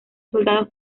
soldados